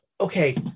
Okay